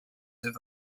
with